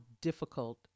difficult